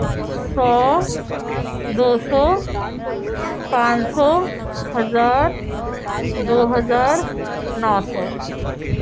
سو دو سو پانچ سو ہزار دو ہزار نو سو